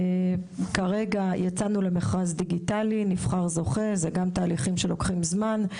כרגע יצאנו למכרז דיגיטלי ונבחר זוכה; אלה גם תהליכים שלוקחים זמן,